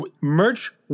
merch